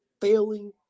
failing